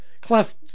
cleft